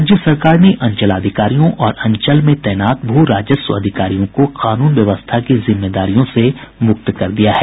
राज्य सरकार ने अंचलाधिकारियों और अंचल में तैनात भू राजस्व अधिकारियों को कानून व्यवस्था की जिम्मेदारियों से मुक्त कर दिया है